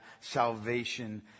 salvation